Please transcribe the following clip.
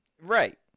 right